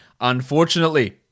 unfortunately